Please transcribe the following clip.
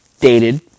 dated